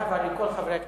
לכל חברי הכנסת: